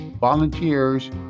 volunteers